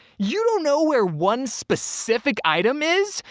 you don't know where one specific item is!